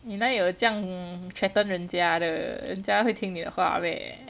你哪有这样 threaten 人家的人家会听你的话 meh